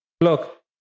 look